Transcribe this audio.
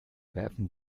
werfen